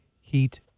heat